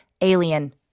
Alien